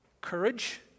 courage